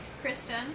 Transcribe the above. Kristen